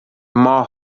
ماه